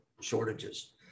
shortages